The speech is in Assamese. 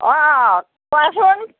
অঁ অঁ কোৱাচোন